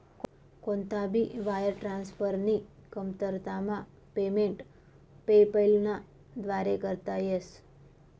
कोणता भी वायर ट्रान्सफरनी कमतरतामा पेमेंट पेपैलना व्दारे करता येस